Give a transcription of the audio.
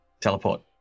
Teleport